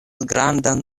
grandan